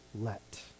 Let